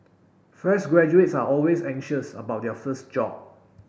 fresh graduates are always anxious about their first job